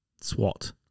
Swat